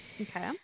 Okay